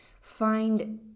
find